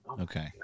Okay